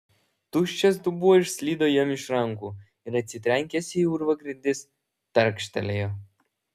tuščias dubuo išslydo jam iš rankų ir atsitrenkęs į urvo grindis tarkštelėjo